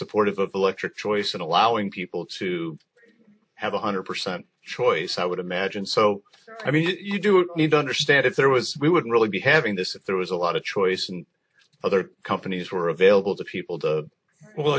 supportive of electric choice in allowing people to have a hundred percent choice i would imagine so i mean you do need to understand if there was we would really be having this if there was a lot of choice and other companies were available to people well